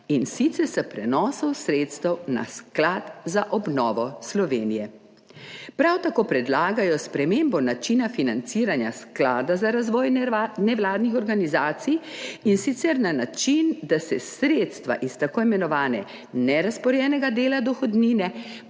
in sicer s prenosom sredstev na Sklad za obnovo Slovenije. Prav tako predlagajo spremembo načina financiranja sklada za razvoj nevladnih organizacij, in sicer na način, da se sredstva iz tako imenovanega nerazporejenega dela dohodnine